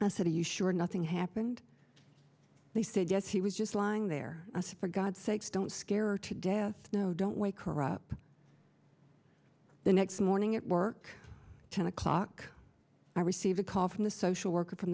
and i said are you sure nothing happened they said yes he was just lying there i suppose god sakes don't scare to death no don't wake her up the next morning at work ten o'clock i received a call from the social worker from